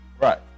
Right